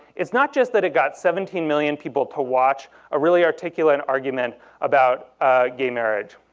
it's not just that it got seventeen million people to watch a really articulate argument about gay marriage.